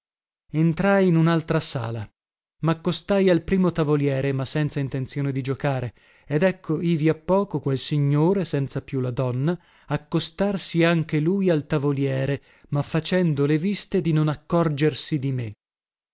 entrai in unaltra sala maccostai al primo tavoliere ma senza intenzione di giocare ed ecco ivi a poco quel signore senza più la donna accostarsi anche lui al tavoliere ma facendo le viste di non accorgersi di me